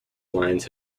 lines